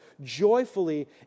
joyfully